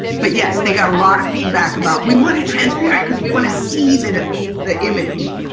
but yes, they got a lot of feedback about we want it transparent because we want to see the the image.